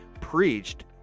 preached